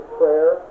prayer